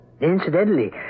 Incidentally